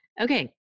okay